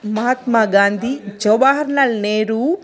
Mahatma Gandhi Jawaharlal Nehru